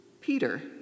Peter